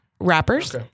rappers